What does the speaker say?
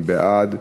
מי בעד?